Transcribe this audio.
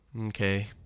okay